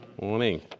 morning